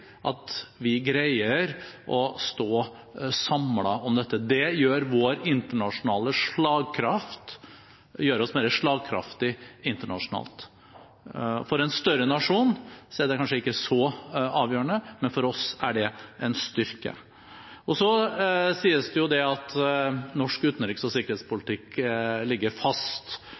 at vi greier å stå samlet om dette. Det gjør oss mer slagkraftige internasjonalt. For en større nasjon er det kanskje ikke så avgjørende, men for oss er det en styrke. Det sies at norsk utenriks- og sikkerhetspolitikk ligger fast.